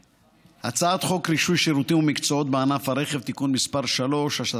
הצעת חוק רישוי שירותים ומקצועות בענף הרכב (תיקון מס׳ 3),